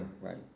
Right